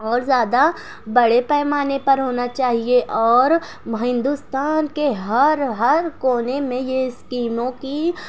اور زیادہ بڑے پیمانے پر ہونا چاہیے اور ہندوستان کے ہر ہر کونے میں یہ اسکیموں کی